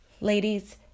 ladies